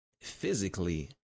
physically